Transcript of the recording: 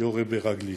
יורה ברגלי: